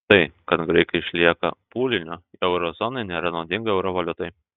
tai kad graikija išlieka pūliniu euro zonai nėra naudinga euro valiutai